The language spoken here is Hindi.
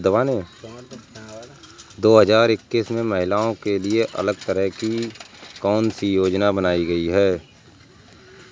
दो हजार इक्कीस में महिलाओं के लिए अलग तरह की कौन सी योजना बनाई गई है?